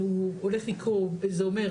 וזה אומר,